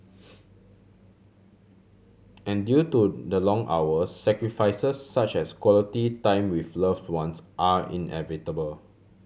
and due to the long hours sacrifices such as quality time with loved ones are inevitable